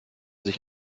sich